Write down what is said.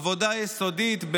עבודה יסודית,